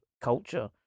culture